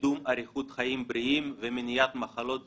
לקידום אריכות חיים בריאים ומניעת מחלות זקנה.